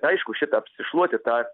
aišku šitą apsišluoti tą